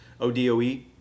ODOE